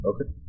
Okay